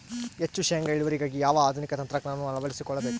ಹೆಚ್ಚು ಶೇಂಗಾ ಇಳುವರಿಗಾಗಿ ಯಾವ ಆಧುನಿಕ ತಂತ್ರಜ್ಞಾನವನ್ನು ಅಳವಡಿಸಿಕೊಳ್ಳಬೇಕು?